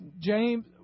James